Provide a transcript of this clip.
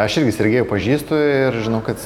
aš irgi sergejų pažįstu ir žinau kad